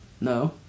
No